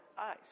eyes